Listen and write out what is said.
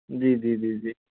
जी जी जी जी